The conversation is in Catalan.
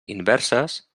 inverses